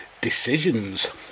decisions